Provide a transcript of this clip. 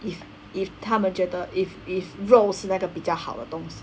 if if 他们觉得 if if 肉是那个比较好的东西